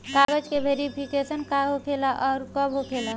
कागज के वेरिफिकेशन का हो खेला आउर कब होखेला?